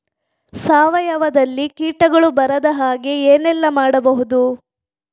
ಸಾವಯವದಲ್ಲಿ ಕೀಟಗಳು ಬರದ ಹಾಗೆ ಏನೆಲ್ಲ ಮಾಡಬಹುದು?